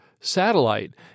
Satellite